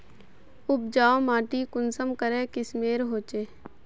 उपजाऊ माटी कुंसम करे किस्मेर होचए?